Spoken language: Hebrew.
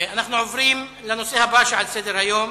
אנחנו עוברים לנושא הבא שעל סדר-היום: